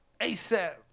ASAP